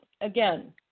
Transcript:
again